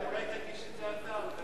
אולי תגיש את זה אתה.